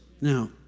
Now